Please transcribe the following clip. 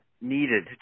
needed